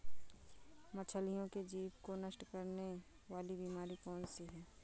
मछलियों के जीभ को नष्ट करने वाली बीमारी कौन सी है?